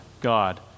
God